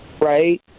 right